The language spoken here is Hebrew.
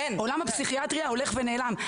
עולם הפסיכיאטריה הולך ונעלם,